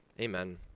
Amen